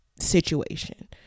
situation